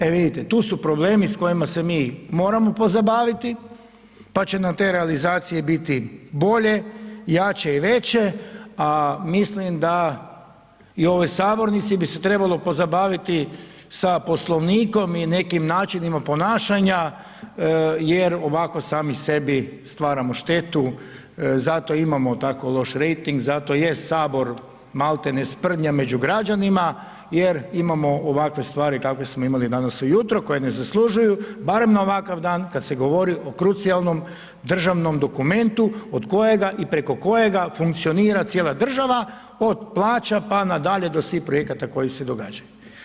E vidit, tu su problemi s kojima se mi moramo pozabaviti pa će nam te realizacije biti bolje, jače i veće a mislim da i u ovoj sabornici bi se trebalo pozabaviti sa Poslovnikom i nekim načinim ponašanja jer ovako sami sebi stvaramo štetu, zato imamo tako loš rejting, zato je Sabor malti ne sprdnja među građanima jer imamo ovakve stvari kakve smo imali danas ujutro, koje ne zaslužuju barem na ovakav dan kad se govori o krucijalnom, državnom dokumentu od kojega i preko kojega funkcionira cijela država, od plaća pa nadalje do svih projekata koji se događaju.